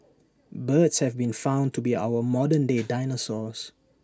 birds have been found to be our modern day dinosaurs